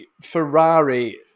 Ferrari